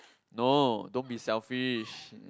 no don't be selfish